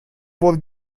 for